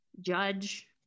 judge